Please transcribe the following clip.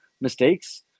mistakes